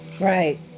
Right